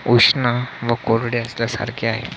उष्ण व कोरडे असल्यासारखे आहे